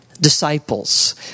disciples